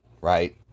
Right